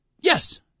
Yes